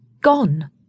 Gone